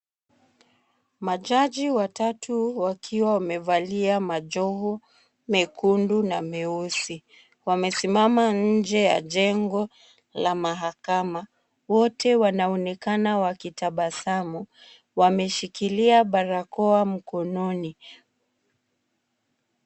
Majaji watatu wakiwa wamevalia majoho mekundu na meusi. Wamesimama nje ya jengo la mahakama. Wote wanaonekana wakitabasamu. Wameshikilia barakoa mkononi.